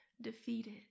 defeated